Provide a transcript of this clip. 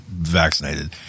Vaccinated